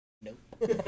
Nope